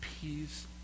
peace